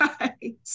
Right